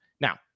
Now